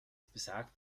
besagt